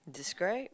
describe